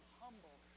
humble